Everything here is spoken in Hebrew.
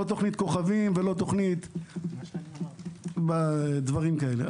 לא תוכנית כוכבים ולא דברים כאלה.